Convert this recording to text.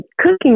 cooking